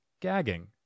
gagging